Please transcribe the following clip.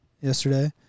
yesterday